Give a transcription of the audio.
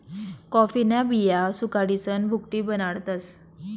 कॉफीन्या बिया सुखाडीसन भुकटी बनाडतस